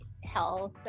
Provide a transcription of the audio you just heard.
health